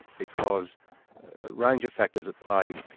because a range of factors apply.